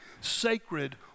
sacred